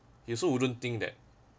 he also wouldn't think that